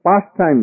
pastimes